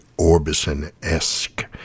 Orbison-esque